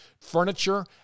furniture